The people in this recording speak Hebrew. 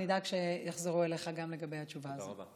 אני אדאג שיחזרו אליך גם לגבי התשובה הזאת.